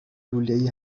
لولهای